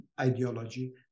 ideology